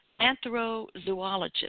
anthrozoologist